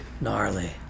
Gnarly